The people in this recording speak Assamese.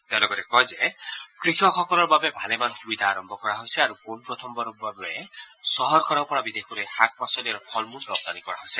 তেওঁ লগতে কয় যে কৃষকসকলৰ বাবে ভালেমান সুবিধা আৰম্ভ হৈছে আৰু পোন প্ৰথমবাৰৰ বাবে চহৰখনৰ পৰা বিদেশলৈ শাক পাচিল আৰু ফলমূল ৰপ্তানি কৰা হৈছে